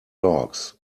dogs